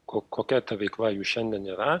ko kokia ta veikla jų šiandien nėra